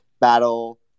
battle